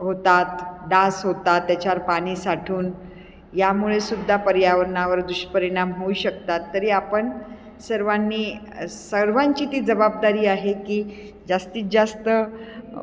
होतात डास होतात त्याच्यावर पाणी साठून यामुळेसुद्धा पर्यावरणावर दुष्परिणाम होऊ शकतात तरी आपण सर्वांनी सर्वांची ती जबाबदारी आहे की जास्तीत जास्त